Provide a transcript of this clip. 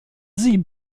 sie